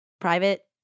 private